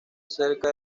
cerca